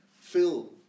fill